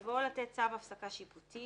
(ב) בבואו לתת צו הפסקה שיפוטי